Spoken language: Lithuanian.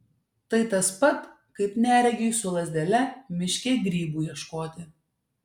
tai tas pat kaip neregiui su lazdele miške grybų ieškoti